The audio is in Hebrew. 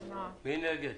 מי נגד?